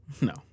No